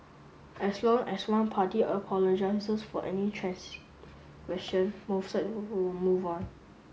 as long as one party apologises for any transgression both sides will move on